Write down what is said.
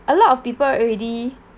a lot of people already